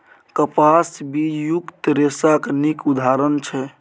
कपास बीजयुक्त रेशाक नीक उदाहरण छै